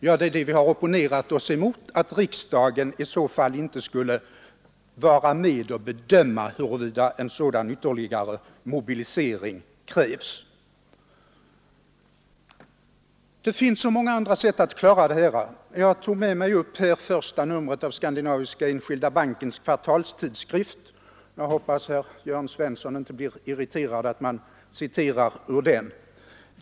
Ja, det är det vi har opponerat oss mot; riksdagen skulle i så fall inte få vara med och bedöma huruvida en sådan ytterligare mobilisering krävs. Det finns så många andra sätt att klara det här. Jag har tagit med mig sista numret av Skandinaviska Enskilda bankens kvartalstidskrift — jag hoppas att Jörn Svensson inte blir irriterad över att jag citerar ur den.